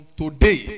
today